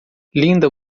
linda